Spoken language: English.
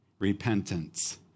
repentance